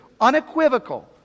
unequivocal